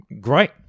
great